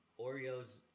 Oreos